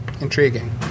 intriguing